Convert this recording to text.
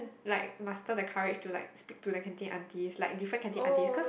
like muster the courage to like speak to the canteen aunties like different aunties cause